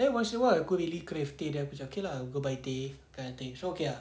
there's a while aku really crave teh then aku macam okay lah we go buy teh then I think so okay ah